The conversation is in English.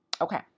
Okay